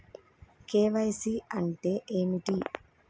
KYC అంటే ఏమిటి?